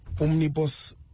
omnibus